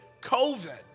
COVID